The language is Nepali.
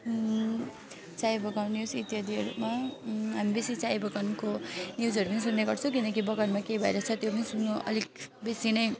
चियाबगान न्युज इत्यादिहरूमा हामी बेसी चियाबगानको न्युजहरू नै सुन्ने गर्छौँ किनकि बगानमा के भइरहेको छ त्यो पनि सुन्नु अलिक बेसी नै